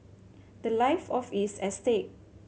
the life of is at stake